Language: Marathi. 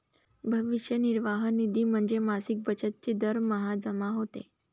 भविष्य निर्वाह निधी म्हणजे मासिक बचत जी दरमहा जमा होते